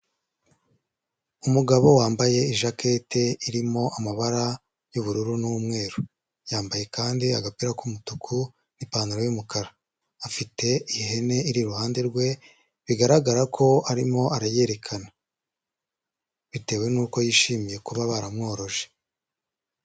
Umugabo wambaye ijakete irimo amabara y'ubururu n'umweru, yambaye kandi agapira k'umutuku n'ipantaro y'umukara, afite ihene iri iruhande rwe, bigaragara ko arimo arayerekana bitewe n'uko yishimiye kuba baramworoje.